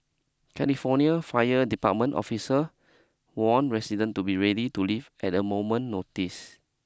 California Fire Department officer warn resident to be ready to leave at a moment notice